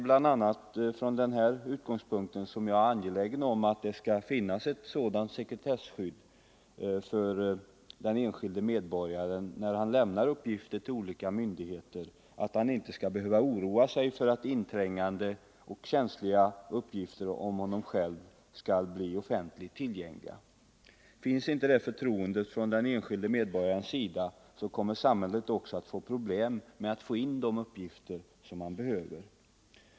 Bl.a. från denna utgångspunkt är jag angelägen om att det skall finnas ett sådant sekretesskydd för den 2 enskilde medborgaren, när han lämnar uppgifter till olika myndigheter, att han inte skall behöva oroa sig för att inträngande och känsliga uppgifter om honom själv blir offentligt tillgängliga. Finns inte detta förtroende från den enskilde medborgaren, kommer samhället att få problem med att skaffa in de uppgifter som behövs.